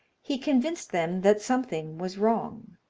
he convinced them that something was wrong.